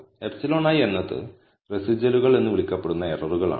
εi എന്നത് റെസിജ്വലുകൾ എന്ന് വിളിക്കപ്പെടുന്ന എററുകൾ ആണ്